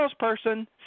Salesperson